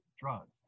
drugs